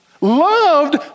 loved